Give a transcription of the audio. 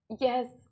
yes